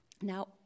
now